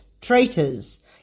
Traitors